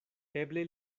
eble